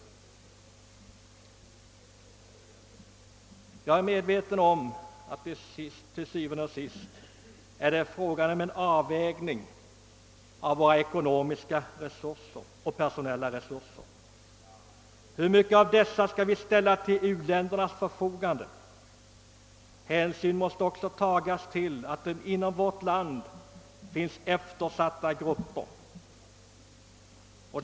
Jag är medveten om att det till »syvende og sidst» är frågan om en avvägning av våra ekonomiska och personella resurser. Hur mycket av dessa skall vi ställa till u-ländernas förfogande? Hänsyn måste också tagas till att det inom vårt land finns eftersatta grupper.